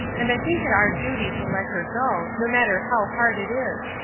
and i think it our duty to let her go, no matter how hard it is,